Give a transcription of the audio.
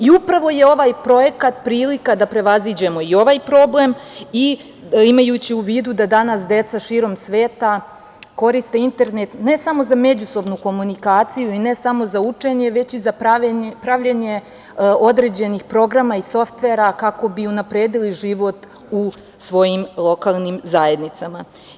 Upravo je ovaj projekat prilika da prevaziđemo i ovaj problem i imajući u vidu da danas deca širom sveta koriste internet ne samo za međusobnu komunikaciju i ne samo za učenje, već i za pravljenje određenih programa i softvera kako bi unapredili život u svojim lokalnim zajednicama.